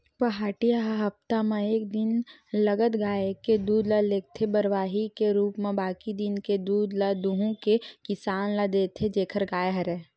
पहाटिया ह हप्ता म एक दिन लगत गाय के दूद ल लेगथे बरवाही के रुप म बाकी दिन के दूद ल दुहू के किसान ल देथे जेखर गाय हरय